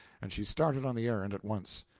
and she started on the errand at once.